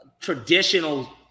Traditional